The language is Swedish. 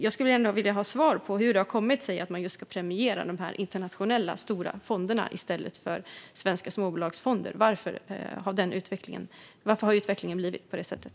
Jag skulle vilja ha svar på hur det har kommit sig att man ska premiera de stora internationella fonderna i stället för svenska småbolagsfonder. Varför har utvecklingen blivit på det sättet?